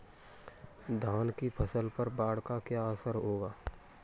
धान की फसल पर बाढ़ का क्या असर होगा?